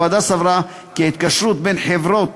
הוועדה סברה כי ההתקשרות בין חברת